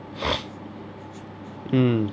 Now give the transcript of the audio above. mm